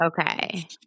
Okay